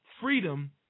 freedom